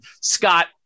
Scott